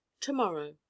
Tomorrow